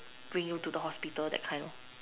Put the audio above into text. bring you to the hospital that kind